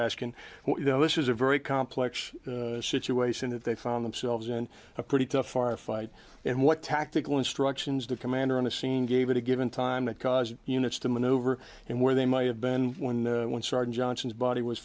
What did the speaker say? well you know this is a very complex situation that they found themselves in a pretty tough far fight and what tactical instructions the commander on the scene gave it a given time that caused units to maneuver and where they might have been one one star johnson's body was